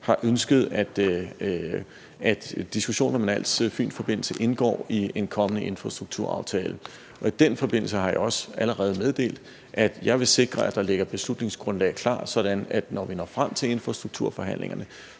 har ønsket, at diskussionen om en Als-Fyn-forbindelse indgår i en kommende infrastrukturaftale. I den forbindelse har jeg også allerede meddelt, at jeg vil sikre, at der ligger et beslutningsgrundlag klar, sådan at der, når vi når frem til infrastrukturforhandlingerne,